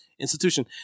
institution